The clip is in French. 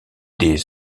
des